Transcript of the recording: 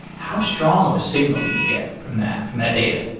how strong of a signal do you get from that, from that data?